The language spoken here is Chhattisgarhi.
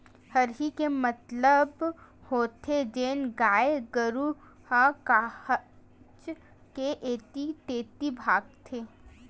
हरही के मतलब होथे जेन गाय गरु ह काहेच के ऐती तेती भागथे